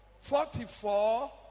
Forty-four